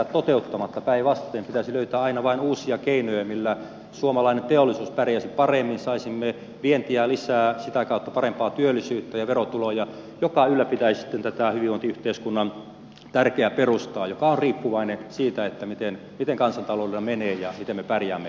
päinvastoin pitäisi löytää aina vain uusia keinoja millä suomalainen teollisuus pärjäisi paremmin saisimme vientiä lisää ja sitä kautta parempaa työllisyyttä ja verotuloja mikä ylläpitäisi sitten tätä hyvinvointiyhteiskunnan tärkeää perustaa joka on riippuvainen siitä miten kansantaloudella menee ja miten me pärjäämme markkinoilla